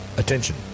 Attention